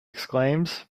exclaims